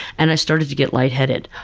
and i started to get lightheaded.